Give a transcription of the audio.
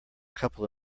couple